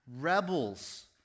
rebels